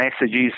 messages